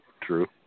true